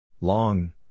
Long